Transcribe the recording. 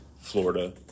Florida